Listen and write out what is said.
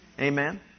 Amen